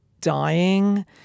dying